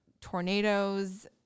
tornadoes